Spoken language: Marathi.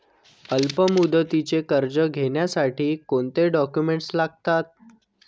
अल्पमुदतीचे कर्ज घेण्यासाठी कोणते डॉक्युमेंट्स लागतात?